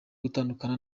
gutandukana